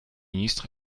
ministre